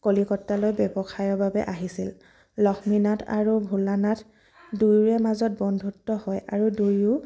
কলিকতালৈ ব্যৱসায়ৰ বাবে আহিছিল লক্ষ্মীনাথ আৰু ভোলানাথ দুয়োৰে মাজত বন্ধুত্ব হয় আৰু দুয়ো